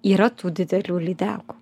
yra tų didelių lydekų